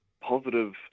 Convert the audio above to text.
positive